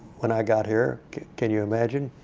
when i got here can you imagine?